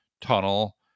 tunnel